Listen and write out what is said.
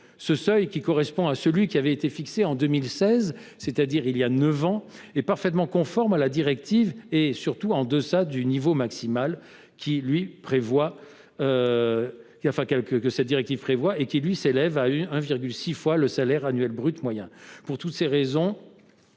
Ce seuil, qui correspond à celui qui avait été fixé en 2016, il y a neuf ans, est parfaitement conforme à la directive, et surtout en deçà du niveau maximal que cette directive prévoit et qui, lui, s’élève à 1,6 fois le salaire annuel brut moyen. Pour toutes ces raisons,